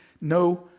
No